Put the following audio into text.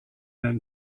then